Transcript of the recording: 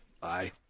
Bye